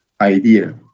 idea